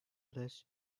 less